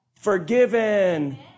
forgiven